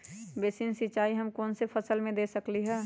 Basin सिंचाई हम कौन कौन फसल में दे सकली हां?